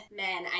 men